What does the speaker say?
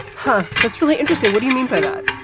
huh? that's really interesting. what do you mean by that?